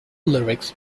lyrics